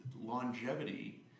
longevity